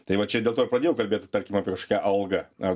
tai va čia dėl to ir pradėjau kalbėt tarkim kažkokia alga ar